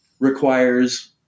requires